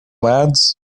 lads